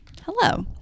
Hello